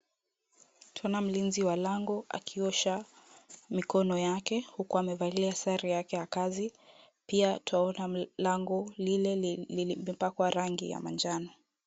Tunaona mlinzi wa lango akiosha mikono yake huku amevalia sare yake ya kazi, pia twaona lango lile limepakwa rangi ya manjano.